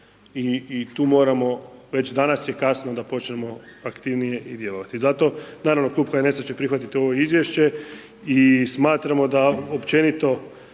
i tu moramo već danas je kasno da počnemo aktivnije i djelovati i zato naravno klub HNS-a će prihvatiti ovo izvješće i smatramo da općenito